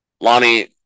Lonnie